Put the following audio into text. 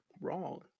wrong